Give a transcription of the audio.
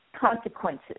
consequences